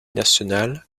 nationale